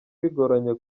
bigoranye